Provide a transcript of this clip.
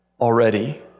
already